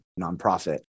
nonprofit